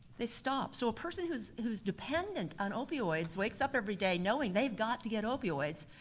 they stop. so a person's who's who's dependent on opioids wakes up every day knowing they've got to get opioids,